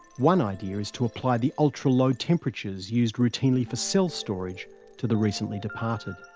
one idea is to apply the ultra-low temperatures used routinely for cell storage to the recently departed.